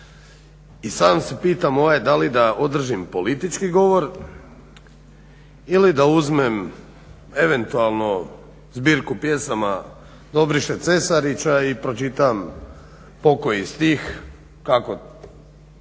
i sam se pitam da li da održim politički govor ili da uzmem eventualno zbirku pjesama Dobriše Cesarića i pročitam pokoji stih kako